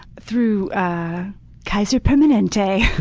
through kaiser permanente